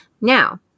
Now